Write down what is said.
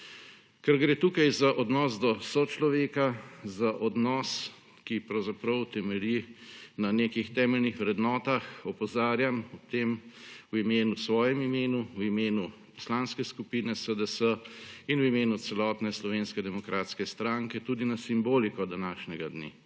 Ker gre tukaj za odnos do sočloveka, za odnos, ki pravzaprav temelji na nekih temeljnih vrednotah, opozarjam o tem v svojem imenu, v imenu Poslanske skupine SDS in v imenu celotne Slovenske demokratske stranke tudi na simboliko današnjega dne.